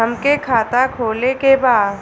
हमके खाता खोले के बा?